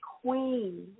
Queen